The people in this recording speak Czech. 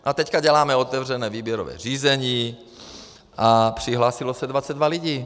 A teď děláme otevřené výběrové řízení a přihlásilo se 22 lidí.